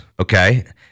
okay